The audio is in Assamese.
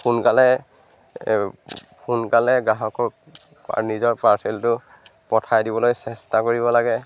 সোনকালে সোনকালে গ্ৰাহকক নিজৰ পাৰ্চেলটো পঠাই দিবলৈ চেষ্টা কৰিব লাগে